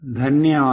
ಧನ್ಯವಾದ